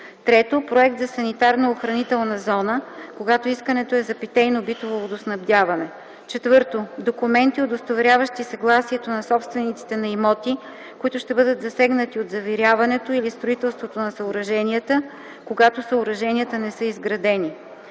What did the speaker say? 2; 3. проект за санитарно-охранителна зона - когато искането е за питейно-битово водоснабдяване; 4. документи, удостоверяващи съгласието на собствениците на имоти, които ще бъдат засегнати от завиряването и строителството на съоръженията, когато съоръженията не са изградени;